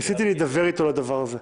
ניסיתי להידבר איתו על הדבר הזה,